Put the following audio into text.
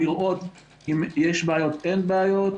לראות אם יש בעיות או אין בעיות.